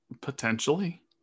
potentially